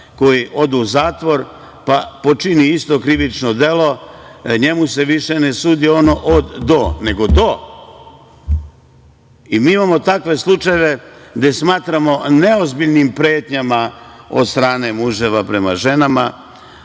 koji odu u zatvor, pa počini isto krivično delo, njemu se više ne sudi ono „od-do“, nego „do“. I mi imamo takve slučajeve gde smatramo neozbiljnim pretnjama od strane muževa prema ženama,